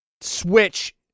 Switch